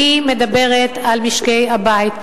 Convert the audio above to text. אני מדברת על משקי-הבית.